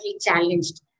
challenged